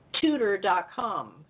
Tutor.com